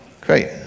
Great